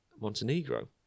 Montenegro